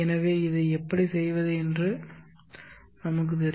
எனவே இது எப்படி செய்வது என்று எங்களுக்குத் தெரியும்